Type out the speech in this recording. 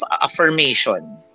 affirmation